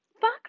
Fuck